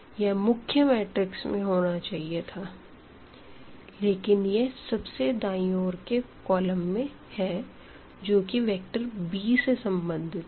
यह मुख्य मैट्रिक्स में होना चाहिए था लेकिन यह सबसे दायीं ओर के कॉलम में है जोकी वेक्टर b से संबंधित है